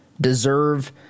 deserve